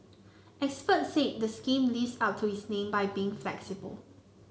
experts said the scheme lives up to its name by being flexible